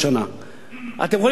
אתם יכולים לקבל הרבה מאוד כסף.